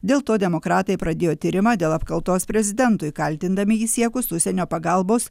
dėl to demokratai pradėjo tyrimą dėl apkaltos prezidentui kaltindami jį siekus užsienio pagalbos